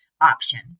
option